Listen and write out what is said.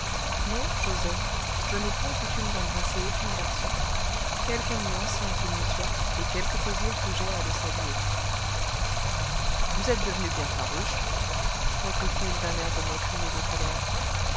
non joset je n'ai point coutume d'embrasser aucun garçon quelque ami ancien qu'il me soit et quelque plaisir que j'aie à le saluer vous êtes devenue bien farouche reprit-il d'un air de moquerie et de colère